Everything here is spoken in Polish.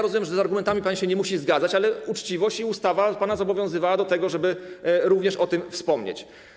Rozumiem, że z argumentami pan się nie musi zgadzać, ale uczciwość i ustawa zobowiązywały pana do tego, żeby również o tym wspomnieć.